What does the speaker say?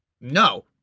No